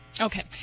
Okay